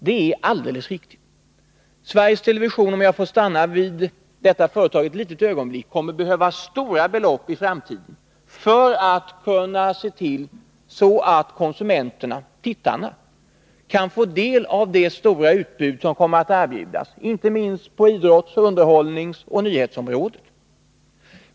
Det är alldeles riktigt. Sveriges Television, om jag får stanna vid detta företag ett litet ögonblick, kommer att behöva stora belopp i framtiden för att kunna se till att konsumenterna, tittarna, kan få del av det stora utbud som kommer att erbjudas, inte minst på idrotts-, underhållningsoch nyhetsområdena.